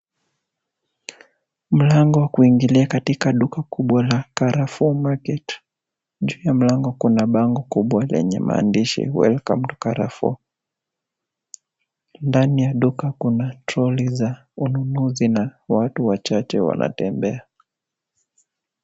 Mlango wa kuingilia katika duka kubwa la Carrefour market .Juu ya mlango kubwa lenye maandishi welcome to Carrefour. Ndani ya duka kuna troli za ununuzi na watu wachache wanatembea.